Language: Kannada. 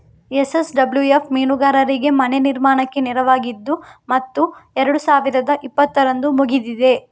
ಎನ್.ಎಸ್.ಡಬ್ಲ್ಯೂ.ಎಫ್ ಮೀನುಗಾರರಿಗೆ ಮನೆ ನಿರ್ಮಾಣಕ್ಕೆ ನೆರವಾಗಿತ್ತು ಮತ್ತು ಎರಡು ಸಾವಿರದ ಇಪ್ಪತ್ತರಂದು ಮುಗಿದಿದೆ